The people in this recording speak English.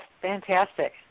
fantastic